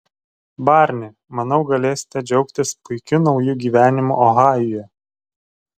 barni manau galėsite džiaugtis puikiu nauju gyvenimu ohajuje